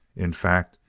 in fact,